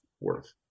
worth